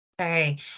Okay